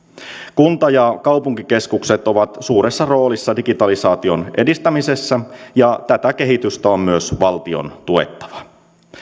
kunta ja kaupunkikeskukset ovat suuressa roolissa digitalisaation edistämisessä ja tätä kehitystä on myös valtion tuettava